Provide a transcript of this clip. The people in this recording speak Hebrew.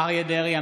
אריה מכלוף דרעי,